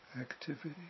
activity